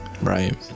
Right